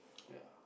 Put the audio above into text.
ya